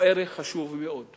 הוא ערך חשוב מאוד.